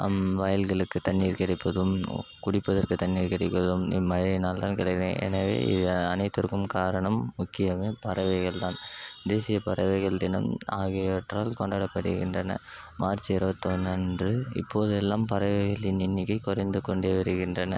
அம் வயல்களுக்கு தண்ணீர் கிடைப்பதும் குடிப்பதற்கு தண்ணீர் கிடைப்பதும் இம்மழையில் தான் கிடைக்குமே எனவே இவை அனைத்திற்கும் காரணம் முக்கியமே பறவைகள் தான் தேசிய பறவைகள் தினம் ஆகியவற்றால் கொண்டாடப்படுகிறன மார்ச் இருபத்தொன்னு அன்று இப்போதெல்லாம் பறவைகளின் எண்ணிக்கை குறைந்துக்கொண்டே வருகின்றன